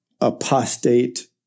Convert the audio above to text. apostate